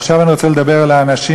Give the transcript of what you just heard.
עכשיו אני רוצה לדבר על האנשים,